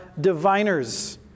diviners